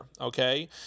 okay